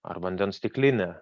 ar vandens stikline